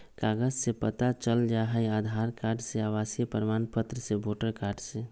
कागज से पता चल जाहई, आधार कार्ड से, आवासीय प्रमाण पत्र से, वोटर कार्ड से?